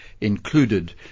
included